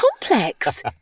complex